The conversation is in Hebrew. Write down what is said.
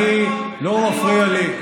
מה מפריע לך, לא מפריע לי.